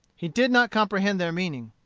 he did not comprehend their meaning.